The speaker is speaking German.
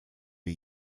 wir